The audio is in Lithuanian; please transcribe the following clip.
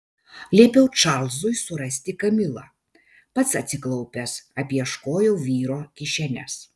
liepiau čarlzui surasti kamilą pats atsiklaupęs apieškojau vyro kišenes